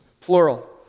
plural